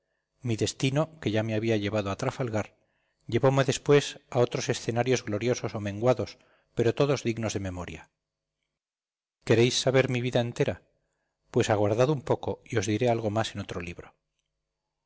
mi destino que ya me había llevado a trafalgar llevome después a otros escenarios gloriosos o menguados pero todos dignos de memoria queréis saber mi vida entera pues aguardad un poco y os diré algo más en otro libro